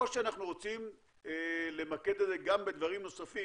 או שאנחנו רוצים למקד את זה גם בדברים נוספים,